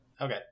Okay